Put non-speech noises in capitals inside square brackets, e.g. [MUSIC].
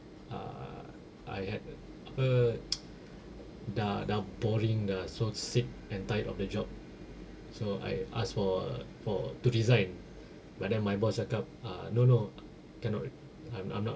err I had a [NOISE] dah dah boring dah so sick and tired of the job so I ask for a for to resign but then my boss cakap ah no no cannot I'm I'm not